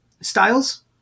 styles